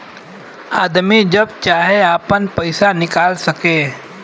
आदमी जब चाहे आपन पइसा निकाल सके